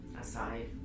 aside